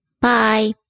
Bye